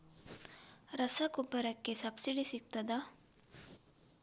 ರಸಗೊಬ್ಬರಕ್ಕೆ ಸಬ್ಸಿಡಿ ಸಿಗ್ತದಾ?